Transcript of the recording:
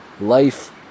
life